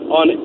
on